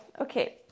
Okay